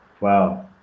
wow